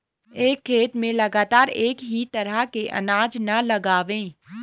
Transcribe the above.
एक खेत में लगातार एक ही तरह के अनाज न लगावें